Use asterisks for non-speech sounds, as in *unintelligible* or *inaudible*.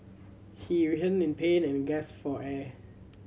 he *unintelligible* in pain and gas for air